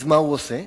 אז מה הוא עושה?